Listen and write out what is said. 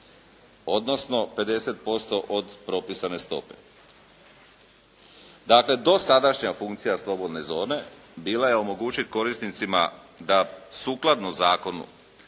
odnosno 50% od propisane stope. Dakle, dosadašnja funkcija slobodne zone bila je omogućit korisnicima da sukladno zakonu